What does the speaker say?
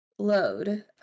load